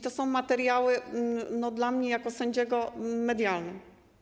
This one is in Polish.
To są materiały, dla mnie jako sędziego, medialne.